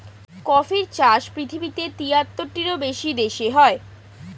কফির চাষ পৃথিবীতে তিয়াত্তরটিরও বেশি দেশে হয়